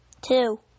two